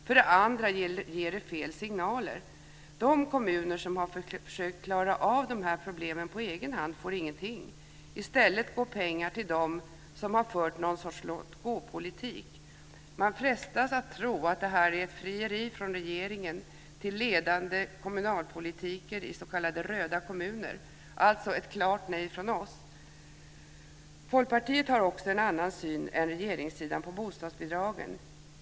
För det andra ger det fel signaler. De kommuner som har försökt klara av problemen på egen hand får ingenting, i stället går pengar till dem som har fört någon sorts låt-gå-politik. Man frestas att tro att det här är frieri från regeringen till ledande kommunalpolitiker i s.k. röda kommuner. Alltså ett klart nej från oss! Folkpartiet har också en annan syn än regeringssidan på bostadsbidragen.